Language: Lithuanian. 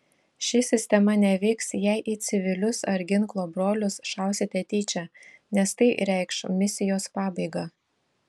ši sistema neveiks jei į civilius ar ginklo brolius šausite tyčia nes tai reikš misijos pabaigą